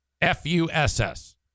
F-U-S-S